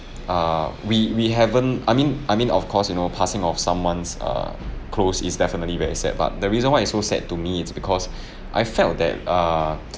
err we we haven't I mean I mean of course you know passing of someone's err close is definitely very sad but the reason why so it's sad to me it's because I felt that err